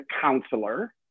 counselor